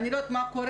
אני לא יודעת מה קורה.